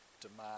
Demand